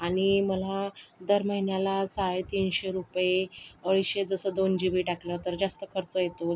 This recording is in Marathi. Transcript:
आणि मला दर महिन्याला साडेतीनशे रुपये अडीचशे जसं दोन जी बी टाकलं तर जास्त खर्च येतो